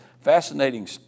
fascinating